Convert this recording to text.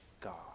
God